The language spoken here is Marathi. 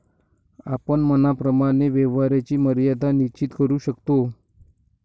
आपण मनाप्रमाणे व्यवहाराची मर्यादा निश्चित करू शकतो